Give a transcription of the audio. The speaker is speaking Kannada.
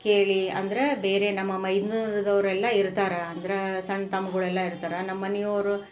ಕೇಳಿ ಅಂದ್ರೆ ಬೇರೆ ನಮ್ಮ ಮೈದುನದವ್ರೆಲ್ಲ ಇರ್ತಾರೆ ಅಂದ್ರೆ ಸಣ್ಣ ತಮ್ಮಗುಳೆಲ್ಲ ಇರ್ತಾರೆ ನಮ್ಮ ಮನೆಯೋರು